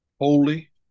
holy